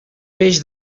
peix